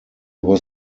was